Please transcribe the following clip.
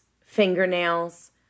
fingernails